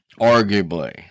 arguably